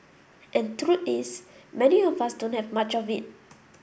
and truth is many of us don't have much of it